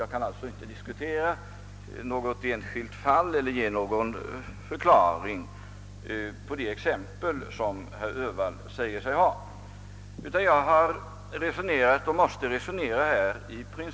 Jag kan alltså inte diskutera ett enskilt fall eller ge någon förklaring på de exempel som herr Öhvall säger sig ha, utan jag har resonerat och måste resonera principiellt.